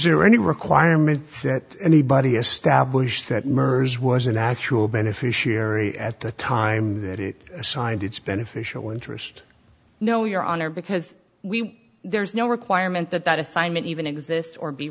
or any requirement that anybody established that mers was an actual beneficiary at the time that it signed it's beneficial interest no your honor because we there's no requirement that that assignment even exist or be